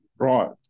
right